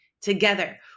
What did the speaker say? together